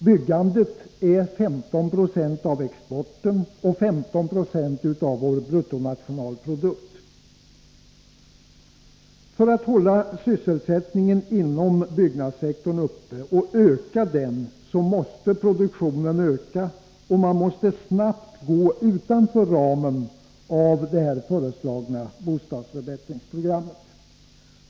Byggandet utgör 15 96 av exporten och 15 96 av vår bruttonationalprodukt. För att hålla sysselsättningen inom byggnadssektorn uppe och öka den, måste vi öka produktionen och snabbt gå utanför ramen för föreslaget bostadsförbättringsprogram.